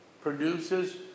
produces